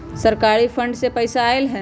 सरकारी फंड से पईसा आयल ह?